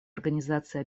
организации